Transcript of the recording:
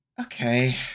Okay